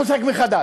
אנחנו נשחק מחדש.